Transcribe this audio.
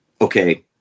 okay